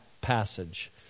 passage